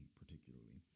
particularly